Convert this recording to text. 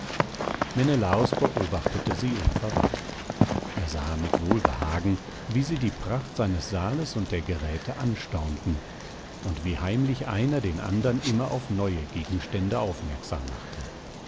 menelaos beobachtete sie unverwandt er sah mit wohlbehagen wie sie die pracht seines saales und der geräte anstaunten und wie heimlich einer den andern immer auf neue gegenstände aufmerksam machte